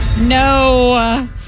No